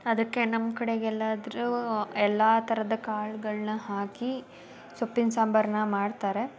ಅದಕ್ಕೆ ನಮ್ಮ ಕಡೆಗೆ ಎಲ್ಲಾದ್ರೂ ಎಲ್ಲ ಥರದ ಕಾಳುಗಳ್ನ ಹಾಕಿ ಸೊಪ್ಪಿನ ಸಾಂಬಾರನ್ನ ಮಾಡ್ತಾರೆ